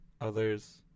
others